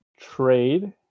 trade